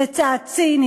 זה צעד ציני,